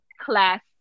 class